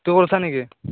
তই কৰিছ নেকি